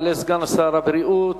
יעלה סגן שר הבריאות,